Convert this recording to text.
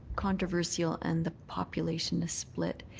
controversial, and the population is split.